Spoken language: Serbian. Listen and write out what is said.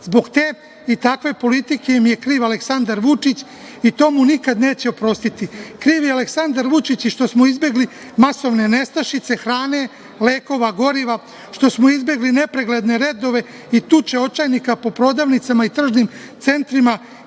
Zbog te i takve politike im je kriv Aleksandar Vučić i to mu nikada neće oprostiti. Kriv je Aleksandar Vučić i što smo izbegli masovne nestašice hrane, lekova, goriva, što smo izbegli nepregledne redove i tuče očajnika u prodavnicama i tržnim centrima.